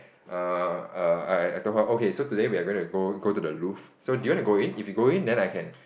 err err I I told her okay so today we are going to go go to the Louvre so do you want to go in if you go in then I can